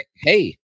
hey